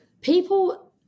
people